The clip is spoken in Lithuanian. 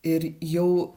ir jau